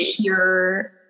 pure